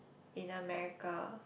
in America